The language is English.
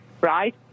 right